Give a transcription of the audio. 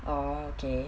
okay